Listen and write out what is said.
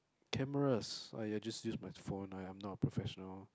cameras I uh just use my phone I am not a professional